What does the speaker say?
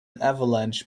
avalanche